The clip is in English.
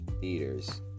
theaters